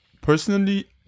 personally